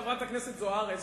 חברת הכנסת זוארץ,